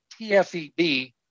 TFEB